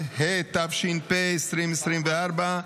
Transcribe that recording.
התשפ"ה 2024,